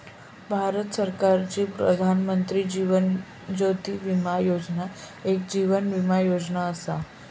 भारत सरकारची प्रधानमंत्री जीवन ज्योती विमा योजना एक जीवन विमा योजना असा